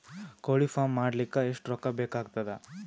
ಕೋಳಿ ಫಾರ್ಮ್ ಮಾಡಲಿಕ್ಕ ಎಷ್ಟು ರೊಕ್ಕಾ ಬೇಕಾಗತದ?